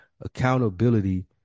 Accountability